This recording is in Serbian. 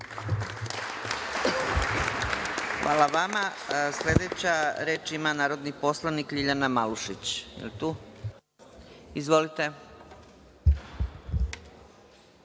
Hvala vama. Reč ima narodni poslanik LJiljana Malušić. Izvolite.